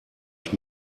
ich